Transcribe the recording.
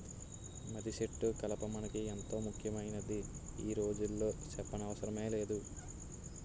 మద్దిసెట్టు కలప మనకి ఎంతో ముక్యమైందని ఈ రోజుల్లో సెప్పనవసరమే లేదు